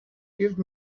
give